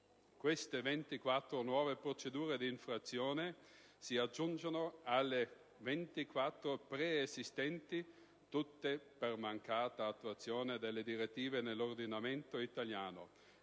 Queste 24 nuove procedure di infrazione si aggiungono alle 24 preesistenti tutte per mancata attuazione delle direttive nell'ordinamento italiano.